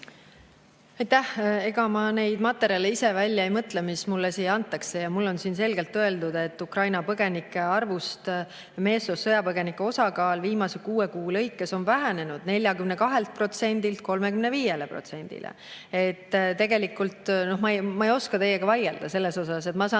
Ega ma neid materjale ise välja ei mõtle, mis mulle siia antakse, ja mul on siin selgelt öeldud, et Ukraina põgenike arvus meessoost sõjapõgenike osakaal viimase kuue kuu lõikes on vähenenud 42%‑lt 35%‑le. Tegelikult ma ei oska teiega vaielda selles osas. Ma saan